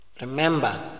remember